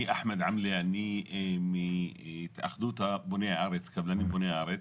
אני מהתאחדות קבלנים בוני הארץ,